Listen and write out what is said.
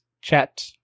chat